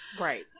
Right